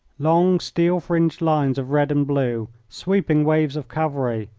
long steel-fringed lines of red and blue, sweeping waves of cavalry,